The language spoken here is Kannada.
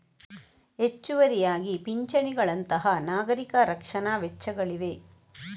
ಹೆಚ್ಚುವರಿಯಾಗಿ ಪಿಂಚಣಿಗಳಂತಹ ನಾಗರಿಕ ರಕ್ಷಣಾ ವೆಚ್ಚಗಳಿವೆ